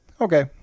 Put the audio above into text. okay